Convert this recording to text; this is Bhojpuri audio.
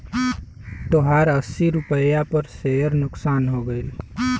तोहार अस्सी रुपैया पर सेअर नुकसान हो गइल